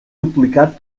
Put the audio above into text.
duplicat